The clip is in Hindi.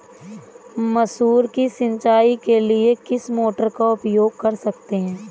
मसूर की सिंचाई के लिए किस मोटर का उपयोग कर सकते हैं?